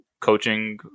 coaching